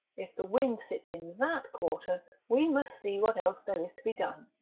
if the wind sits in that quarter we must see what else there is to be done.